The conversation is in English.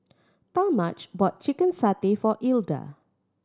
Talmadge bought chicken satay for Ilda